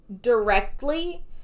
directly